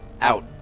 Out